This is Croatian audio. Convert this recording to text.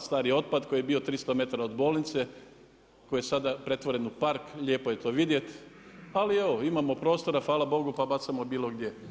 stari otpad koji je bio 300m od bolnice, koji je sada pretvoren u park lijepo je to vidjeti, ali evo imamo prostora hvala Bogu pa bacamo bilo gdje.